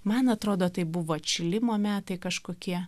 man atrodo tai buvo atšilimo metai kažkokie